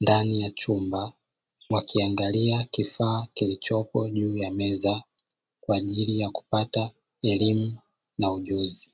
ndani ya chumba, wakiangalia kifaa kilichopo juu ya meza kwa ajili ya kupata elimu na ujuzi.